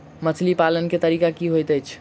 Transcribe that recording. मछली पालन केँ तरीका की होइत अछि?